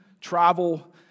travel